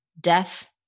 Death